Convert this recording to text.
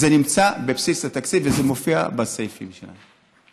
זה נמצא בבסיס התקציב וזה מופיע בסעיפים שלנו.